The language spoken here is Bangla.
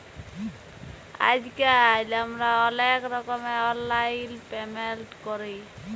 আইজকাল আমরা অলেক রকমের অললাইল পেমেল্ট ক্যরি